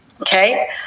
Okay